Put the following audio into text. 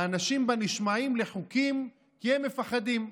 האנשים בה נשמעים לחוקים כי הם מפחדים.